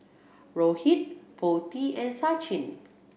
Rohit Potti and Sachin